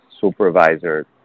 supervisor